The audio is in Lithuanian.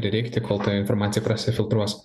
prireikti kol ta informacija prasifiltruos